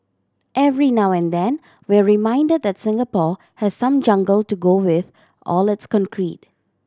every now and then we're reminded that Singapore has some jungle to go with all its concrete